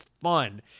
fun